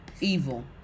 Evil